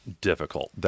difficult